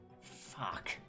Fuck